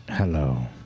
Hello